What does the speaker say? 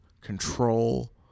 control